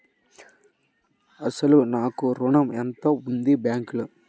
అసలు నా ఋణం ఎంతవుంది బ్యాంక్లో?